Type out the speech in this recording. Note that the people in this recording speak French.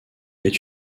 est